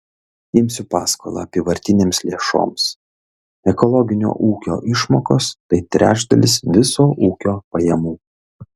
imsiu paskolą apyvartinėms lėšoms ekologinio ūkio išmokos tai trečdalis viso ūkio pajamų